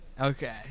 Okay